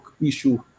issue